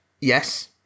Yes